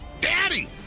daddy